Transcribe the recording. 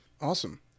Awesome